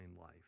life